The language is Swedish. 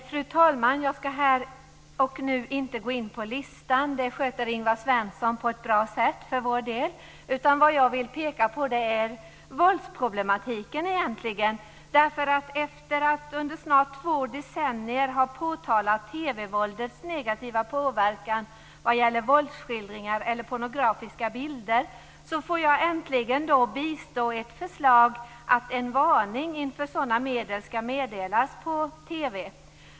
Fru talman! Jag skall här och nu inte gå in på frågan om listan. Det sköter Ingvar Svensson på ett bra sätt för vår del. Vad jag vill peka på är våldsproblematiken. Efter att under snart två decennier ha påtalat TV våldets negativa påverkan vad gäller våldsskildringar eller pornografiska bilder får jag äntligen bistå ett förslag om att en varning inför sådana bilder skall meddelas på TV.